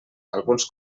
alguns